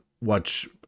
watch